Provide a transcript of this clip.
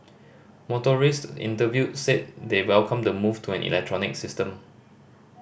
motorists interviewed said they welcome the move to an electronic system